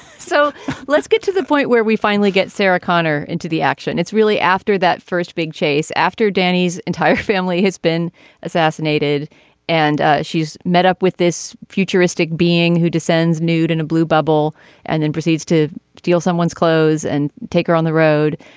so let's get to the point where we finally get sarah connor into the action. it's really after that first big chase after danny's entire family has been assassinated and ah she's met up with this futuristic being who descends nude in a blue bubble and then proceeds to steal someone's clothes and take her on the road.